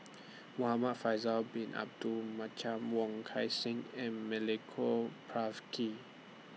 Muhamad Faisal Bin Abdul Wong Kan Seng and Milenko Prvacki